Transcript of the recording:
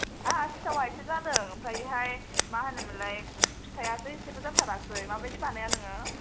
आंहा सिथावा इसे जादों ओमफ्रायहाय मा होनोमोनलाय फिथायासो इसेबो जाथारासै माबायदि बानाया नोङो